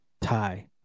tie